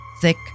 thick